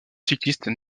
cyclistes